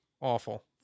awful